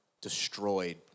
destroyed